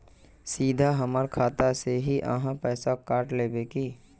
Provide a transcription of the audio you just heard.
सीधा हमर खाता से ही आहाँ पैसा काट लेबे की?